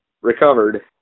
recovered